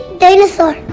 dinosaur